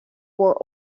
were